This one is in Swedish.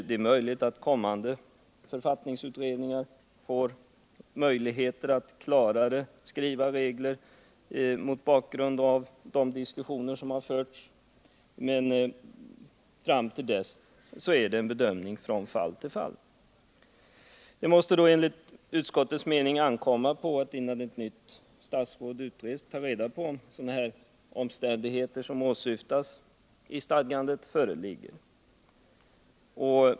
Det är möjligt att kommande författningsutredningar får möjligheter att skriva klarare regler mot bakgrund av de diskussioner som har förts, men fram till dess blir det en bedömning från fall till fall. Det måste enligt utskottets mening ankomma på statsministern att, innan ett nytt statsråd utses, ta reda på om sådana omständigheter som åsyftas i stadgandet föreligger.